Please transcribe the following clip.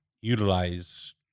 utilize